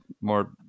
more